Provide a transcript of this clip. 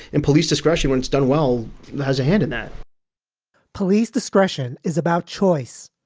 in police discretion when it's done. well, has a hand in that police discretion is about choice,